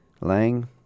Lang